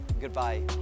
goodbye